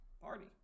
party